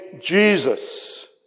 Jesus